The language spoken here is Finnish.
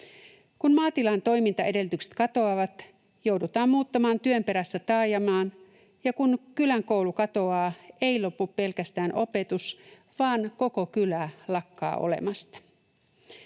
Kun maatilan toimintaedellytykset katoavat, joudutaan muuttamaan työn perässä taajamaan, ja kun kylän koulu katoaa, ei lopu pelkästään opetus, vaan koko kylä lakkaa olemasta.